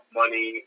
money